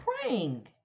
praying